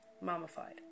Mummified